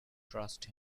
trust